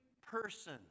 person